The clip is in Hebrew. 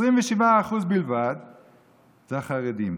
27% בלבד זה החרדים,